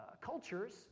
cultures